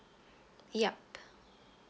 yup